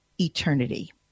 eternity